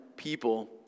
people